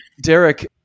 Derek